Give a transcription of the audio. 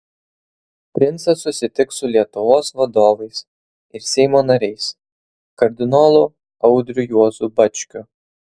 princas susitiks su lietuvos vadovais ir seimo nariais kardinolu audriu juozu bačkiu